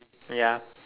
ya